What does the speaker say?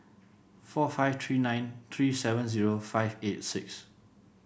four five three nine three seven zero five eight six